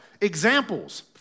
Examples